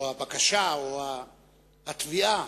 או הבקשה, או התביעה,